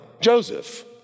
Joseph